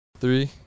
three